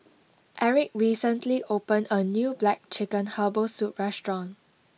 Eric recently opened a new Black Chicken Herbal Soup restaurant